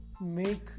make